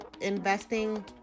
investing